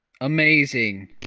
Amazing